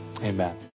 amen